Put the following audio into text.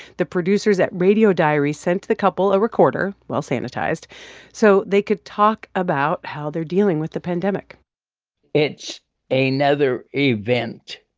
the producers at radio diaries sent the couple a recorder well-sanitized so they could talk about how they're dealing with the pandemic it's another event.